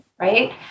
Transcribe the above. right